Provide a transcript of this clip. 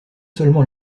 seulement